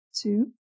two